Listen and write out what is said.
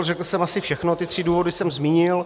Řekl jsem asi všechno, ty tři důvody jsem zmínil.